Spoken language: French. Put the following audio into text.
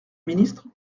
ministre